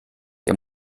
der